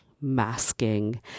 masking